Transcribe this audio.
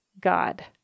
God